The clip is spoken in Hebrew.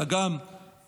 אלא גם ליהדות,